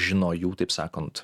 žino jų taip sakant